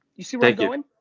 you see, right doing?